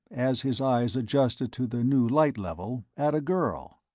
as his eyes adjusted to the new light level, at a girl.